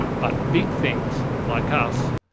but big things, like us,